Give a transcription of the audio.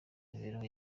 imibereho